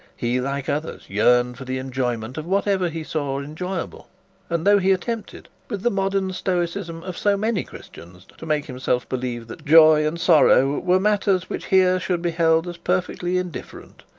he, like others, yearned for the enjoyment of whatever he saw enjoyable and though he attempted, with the modern stoicism of so many christians, to make himself believe that joy and sorrow were matters which here should be held as perfectly indifferent,